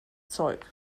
zeug